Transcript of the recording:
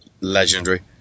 legendary